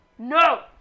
No